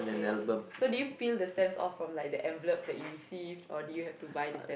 okay okay so do you peel the stamps of from like the envelopes that you received or did you have to buy the stamps